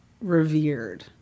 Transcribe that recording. revered